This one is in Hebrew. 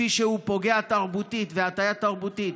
שפוגע תרבותית בהטיה תרבותית,